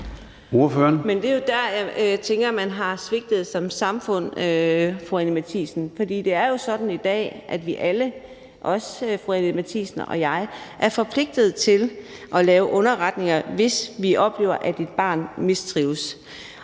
Det er jo der, hvor jeg tænker at man har svigtet som samfund, fru Anni Matthiesen. For det er jo sådan i dag, at vi alle, også fru Anni Matthiesen og jeg, er forpligtet til at lave underretninger, hvis vi oplever, at et barn mistrives.